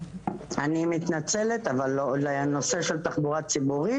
אני מתנצלת אבל לא על הנושא של תחבורה ציבורית.